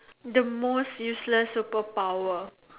the most useless superpower